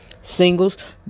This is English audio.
Singles